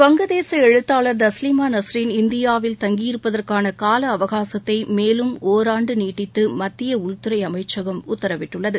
வங்கதேச எழுத்தாளா் தஸ்லீமா நஸ்ரீன் இந்தியாவில் தங்கியிருப்பதற்கான கால அவகாசத்தை மேலும் ஒராண்டு நீட்டித்து மத்திய உள்துறை அமைச்சகம் உத்தரவிட்டுள்ளது